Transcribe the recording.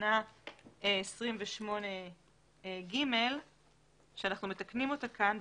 תקנה 28ג שאנחנו מתקנים אותה כאן.